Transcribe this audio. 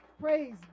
Praise